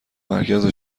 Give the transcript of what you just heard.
مرکز